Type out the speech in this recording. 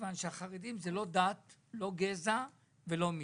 מכיוון שהחרדים הם לא דת, גזע או מין.